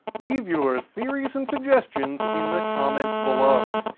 leave your theories and suggestions in the comments below.